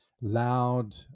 loud